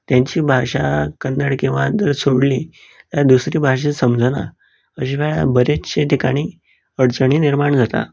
तेंची भाशा कन्नड किंवां जर सोडली जाल्यार दुसरी भाशा समजना अशें वेळार बरेंचशें ठिकाणी अडचणी निर्माण जातात